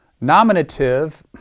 nominative